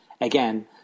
Again